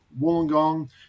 Wollongong